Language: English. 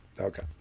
okay